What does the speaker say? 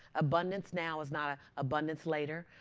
abundance now is not ah abundance later,